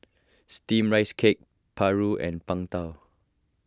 Steamed Rice Cake Paru and Png Tao